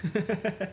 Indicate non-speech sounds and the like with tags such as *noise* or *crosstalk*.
*laughs*